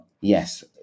yes